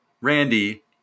Randy